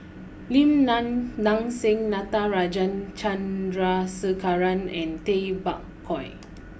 Lim Nang Seng Natarajan Chandrasekaran and Tay Bak Koi